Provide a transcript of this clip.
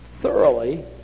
thoroughly